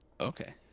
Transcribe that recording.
Okay